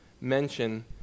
mention